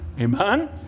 amen